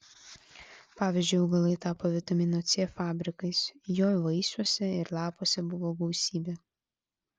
pavyzdžiui augalai tapo vitamino c fabrikais jo vaisiuose ir lapuose buvo gausybė